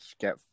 get